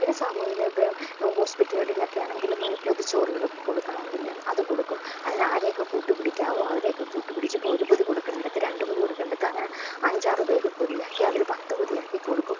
പിന്നെ ഇപ്പം ഹോസ്പിറ്റുകളിൽ ഒക്കെയാണെങ്കിലും പൊതിച്ചോറുകളൊക്കെ കൊടുക്കണമെങ്കിലും അത് കൊടുക്കും അതിന് ആരെയൊക്കെ കൂട്ട് പിടിക്കാമോ അവരെയൊക്കെ കൂട്ട് പിടിച്ച് ഇപ്പം ഒരു പൊതി കൊടുക്കേണ്ടയിടത്ത് രണ്ട് പൊതി കൊടുക്കേണ്ടയിടത്ത് അങ്ങനെ അഞ്ചാറ് പേര് പൊതിയാക്കി അത് ഒരു പത്ത് പൊതിയാക്കി കൊടുക്കും